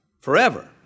forever